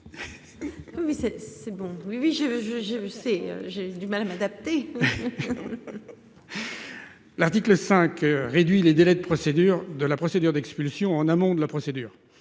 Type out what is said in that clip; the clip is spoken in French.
oui ça c'est bon. Oui oui je je j'ai vu c'est j'ai du mal à m'adapter. L'article 5, réduit les délais de procédure de la procédure d'expulsion en amont de la procédure